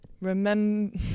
remember